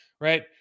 right